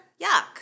Yuck